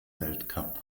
weltcup